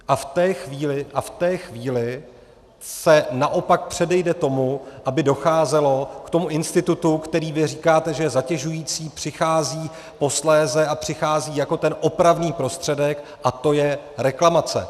A v té chvíli se naopak předejde tomu, aby docházelo k institutu, který vy říkáte, že je zatěžující, přichází posléze a přichází jako ten opravný prostředek, a to je reklamace.